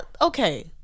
Okay